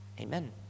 Amen